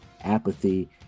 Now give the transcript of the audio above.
apathy